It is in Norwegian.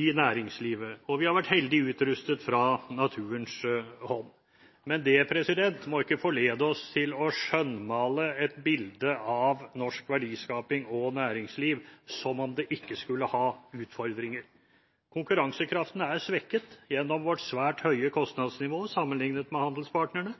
i næringslivet – og vi har vært heldig utrustet fra naturens hånd, men det må ikke forlede oss til å skjønnmale et bilde av norsk verdiskaping og næringsliv som om det ikke skulle ha utfordringer. Konkurransekraften er svekket gjennom vårt svært høye kostnadsnivå sammenlignet med handelspartnerne.